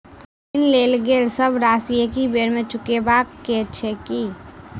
ऋण लेल गेल सब राशि एकहि बेर मे चुकाबऽ केँ छै की?